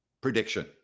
prediction